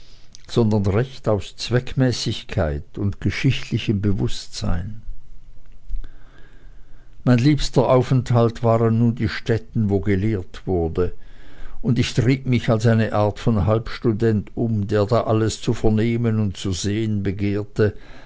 sondern recht aus zweckmäßigkeit und geschichtlichem bewußtsein mein liebster aufenthalt waren nun die stätten wo gelehrt wurde und ich trieb mich als eine art von halbstudent um der da alles zu vernehmen und zu sehen begehrte